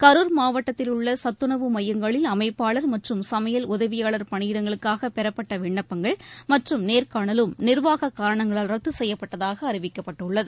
கரூர் மாவட்டத்தில் உள்ளசத்துணவு மையங்களில் அமைப்பாளர் மற்றும் சமையல் உதவியாளர் பணியிடங்களுக்காகபெறப்பட்டவிண்ணப்பங்கள் மற்றும் நேர் காணலும் நிர்வாகக் காரணங்களால் ரத்துசெய்யப்பட்டதாகஅறிவிக்கப்பட்டுள்ளது